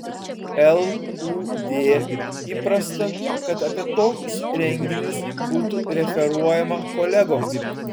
lud įprasta kad apie tokius renginius būtų referuojama kolegoms